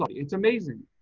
it's amazing.